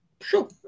Sure